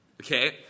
Okay